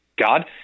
God